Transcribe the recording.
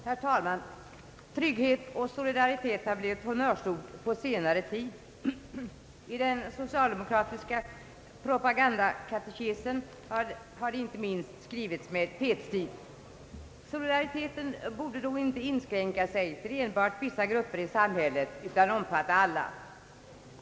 Herr talman! Trygghet och solidaritet har blivit honnörsord på senare tid. Inte minst i den socialdemokratiska propagandakatekesen har de orden skrivits med fetstil. Solidariteten borde då inte inskränkas till att gälla enbart vissa grupper i samhället utan borde omfatta alla.